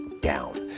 down